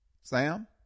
Sam